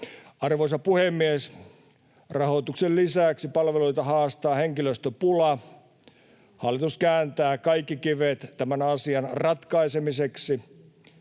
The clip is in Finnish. Arvoisa puhemies! Rahoituksen lisäksi palveluita haastaa henkilöstöpula. Hallitus kääntää kaikki kivet tämän asian ratkaisemiseksi.